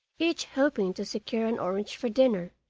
each hoping to secure an orange for dinner,